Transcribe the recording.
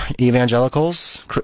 evangelicals